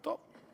טוב.